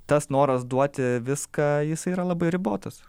tas noras duoti viską jisai yra labai ribotas